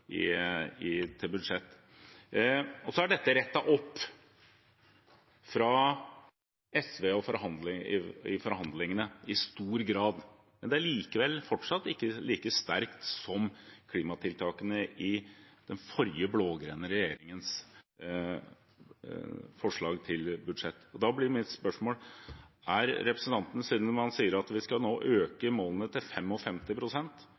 budsjett. Dette ble i stor grad rettet opp av SV i forhandlingene. Men det er likevel fortsatt ikke like sterkt som klimatiltakene i den forrige blå-grønne regjeringens forslag til budsjett. Da blir mitt spørsmål: Er representanten – siden man sier at vi skal øke